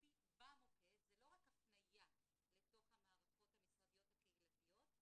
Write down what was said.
רק הפנייה לתוך המערכות המשרדיות הקהילתיות.